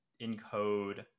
encode